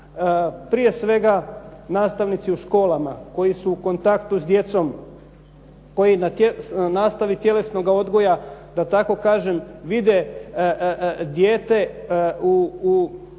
prije svega nastavnici u školama koji su kontaktu s djecom, koji na nastavi tjelesnoga odgoja da tako kažem vide dijete da